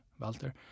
Walter